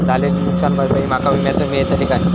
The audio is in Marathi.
झालेली नुकसान भरपाई माका विम्यातून मेळतली काय?